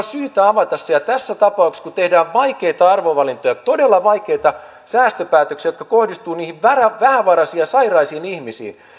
syytä avata se ja tässä tapauksessa kun tehdään vaikeita arvovalintoja todella vaikeita säästöpäätöksiä jotka kohdistuvat niihin vähävaraisiin ja sairaisiin ihmisiin